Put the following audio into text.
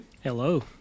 Hello